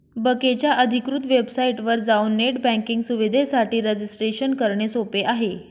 बकेच्या अधिकृत वेबसाइटवर जाऊन नेट बँकिंग सुविधेसाठी रजिस्ट्रेशन करणे सोपे आहे